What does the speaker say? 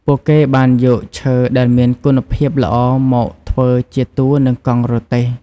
ពួកគេបានយកឈើដែលមានគុណភាពល្អមកធ្វើជាតួនិងកង់រទេះ។